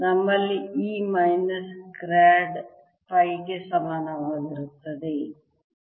ನಮ್ಮಲ್ಲಿ E minus grad pi ಗೆ ಸಮನಾಗಿರುತ್ತದೆ